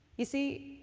you see,